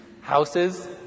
houses